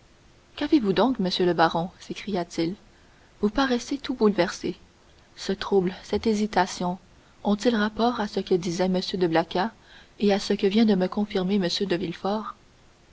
qu'avez-vous donc monsieur le baron s'écria-t-il vous paraissez tout bouleversé ce trouble cette hésitation ont-ils rapport à ce que disait m de blacas et à ce que vient de me confirmer m de